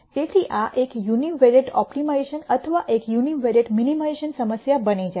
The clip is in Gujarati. તેથી આ એક યુનિવેરિએંટ ઓપ્ટિમાઇઝેશન અથવા એક યુનિવેરિએંટ મિનિમાઇઝેશન સમસ્યા બની જાય છે